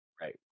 Right